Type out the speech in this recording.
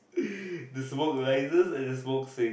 the smoke rises and the smoke sinks